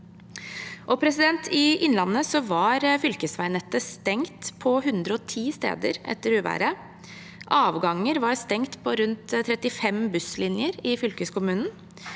I Innlandet var fylkesveinettet stengt på 110 steder etter uværet. Avganger var stengt på rundt 35 busslinjer i fylkeskommunen,